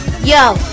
Yo